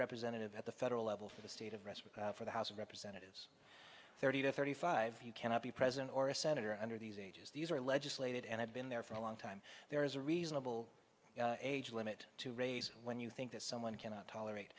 representative at the federal level for the state of rest for the house of representatives thirty to thirty five you cannot be president or a senator under these ages these are legislated and i've been there for a long time there is a reasonable age limit to raise when you think that someone cannot tolerate